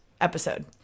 episode